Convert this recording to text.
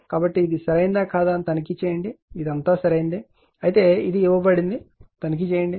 కాబట్టి ఇది సరైనదా కాదా అని తనిఖీ చేయండి ఇది అంతా సరైనదే అయితే ఇది ఇవ్వబడింది తనిఖీ చేయండి